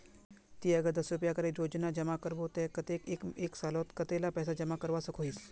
ती अगर दस रुपया करे रोजाना जमा करबो ते कतेक एक सालोत कतेला पैसा जमा करवा सकोहिस?